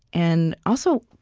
and also,